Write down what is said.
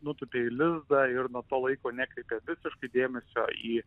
nutūpė į lizdą ir nuo to laiko nekreipė visiškai dėmesio į